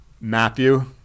Matthew